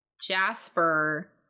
Jasper